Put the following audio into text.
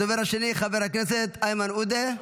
הדובר השני, חבר הכנסת איימן עודה.